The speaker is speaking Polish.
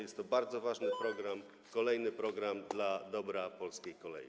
Jest to bardzo ważny program, kolejny program dla dobra polskiej kolei.